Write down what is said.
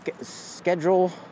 schedule